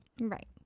Right